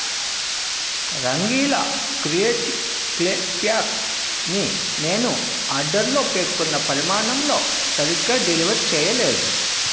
రంగీలా క్రియేటిక్ clay pack ని నేను ఆర్డర్లో పేర్కొన్న పరిమాణంలో సరిగ్గా డెలివర్ చేయలేదు